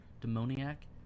demoniac